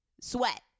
sweat